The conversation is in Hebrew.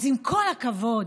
אז עם כל הכבוד,